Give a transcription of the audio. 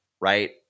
right